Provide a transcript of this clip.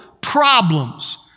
problems